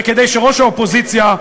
וכדי שראש האופוזיציה,